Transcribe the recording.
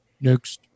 Next